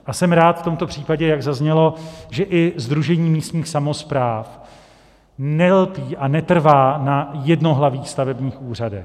A jsem rád v tomto případě, jak zaznělo, že i sdružení místních samospráv nelpí a netrvá na jednohlavých stavebních úřadech.